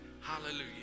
Hallelujah